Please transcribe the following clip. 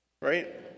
right